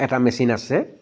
এটা মেচিন আছে